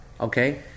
Okay